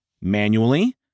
manually